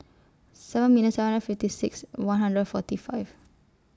seven million seven hundred fifty six one hundred forty five